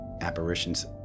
apparitions